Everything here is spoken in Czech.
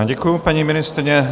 Já děkuju, paní ministryně.